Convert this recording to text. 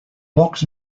box